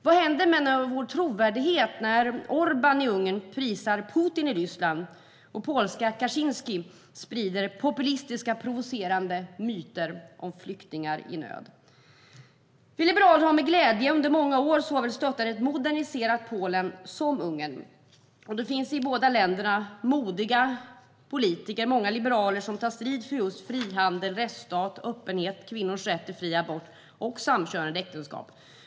Vad händer med vår trovärdighet när Orbán i Ungern prisar Putin i Ryssland och polska Kaczynski sprider populistiska provocerande myter om flyktingar i nöd? Vi liberaler har under många år med glädje stöttat både ett moderniserat Polen och ett moderniserat Ungern. Det finns i båda länderna modiga politiker, många liberaler, som tar strid för frihandel, för en rättsstat, för öppenhet, för kvinnors rätt till fri abort och för samkönade äktenskap.